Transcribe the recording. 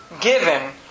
given